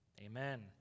Amen